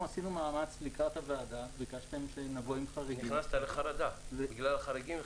ואנחנו עשינו מאמץ לקראת הדיון --- נכנסת לחרדה בגלל החריגים?